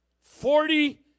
Forty